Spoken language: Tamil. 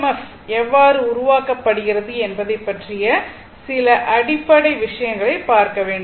எஃப் எவ்வாறு உருவாக்கப்படுகிறது என்பதை பற்றிய சில அடிப்படை விஷயங்களை பார்க்க வேண்டும்